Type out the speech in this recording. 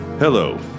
Hello